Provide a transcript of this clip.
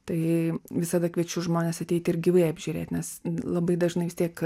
tai visada kviečiu žmones ateiti ir gyvai apžiūrėt nes labai dažnai vistiek